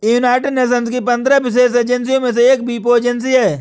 United Nations की पंद्रह विशेष एजेंसियों में से एक वीपो एजेंसी है